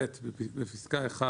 (ב) בפסקה (1),